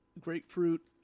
grapefruit